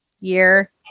year